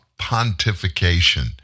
pontification